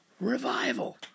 Revival